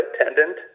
attendant